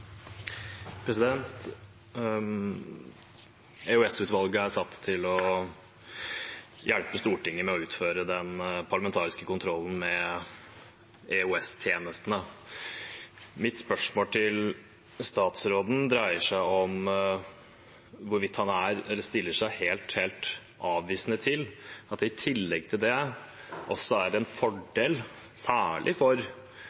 satt til å hjelpe Stortinget med å utføre den parlamentariske kontrollen med EOS-tjenestene. Mitt spørsmål til statsråden dreier seg om hvorvidt han stiller seg helt, helt avvisende til at det i tillegg til det også er en fordel, særlig for